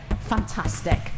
Fantastic